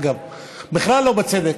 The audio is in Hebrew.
אגב, בכלל לא בצדק.